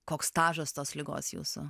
koks stažas tos ligos jūsų